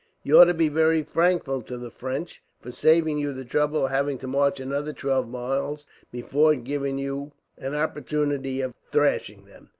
you ought to be very thankful to the french, for saving you the trouble of having to march another twelve miles before giving you an opportunity of thrashing them.